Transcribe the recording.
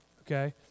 okay